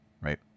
right